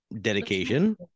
dedication